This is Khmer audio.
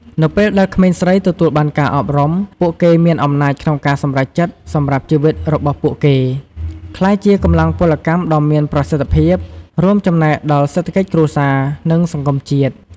នៅពេលដែលក្មេងស្រីទទួលបានការអប់រំ ពួកគេមានអំណាចក្នុងការសម្រេចចិត្តសម្រាប់ជីវិតរបស់ពួកគេ ក្លាយជាកម្លាំងពលកម្មដ៏មានប្រសិទ្ធភាព រួមចំណែកដល់សេដ្ឋកិច្ចគ្រួសារ និងសង្គមជាតិ។